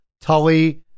Tully